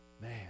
Man